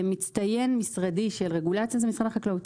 מצטיין משרדי של רגולציה של משרד החקלאות,